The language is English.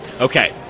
Okay